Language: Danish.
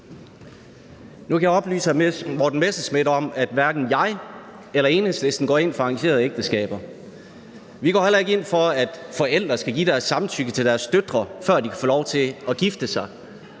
Nu kan jeg oplyse hr. Morten Messerschmidt om, at hverken jeg eller Enhedslisten går ind for arrangerede ægteskaber. Vi går heller ikke ind for, at forældre skal give deres samtykke til deres døtre, før de kan få lov til at gifte sig,